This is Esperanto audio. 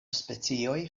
specioj